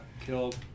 killed